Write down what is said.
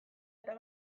eta